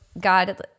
God